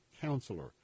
counselor